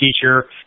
teacher